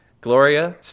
Gloria